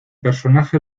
personaje